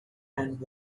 and